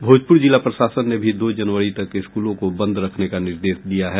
भोजपुर जिला प्रशासन ने भी दो जनवरी तक स्कूलों को बंद रखने का निर्देश दिया है